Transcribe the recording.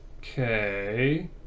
Okay